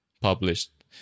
published